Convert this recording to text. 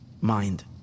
mind